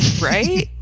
Right